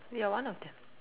you're one of them